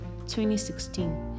2016